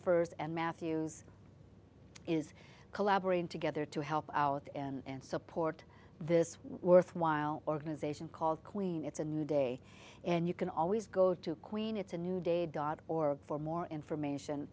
first and matthews is collaborating together to help out and support this worthwhile organization called queen it's a new day and you can always go to queen it's a new day dot org for more information